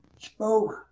spoke